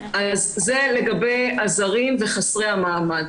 זה לגבי העובדים הזרים וחסרי המעמד.